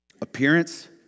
appearance